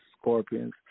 scorpions